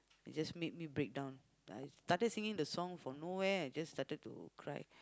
it just made me break down I started singing the sing from nowhere I just started to cry